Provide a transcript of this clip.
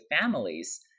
families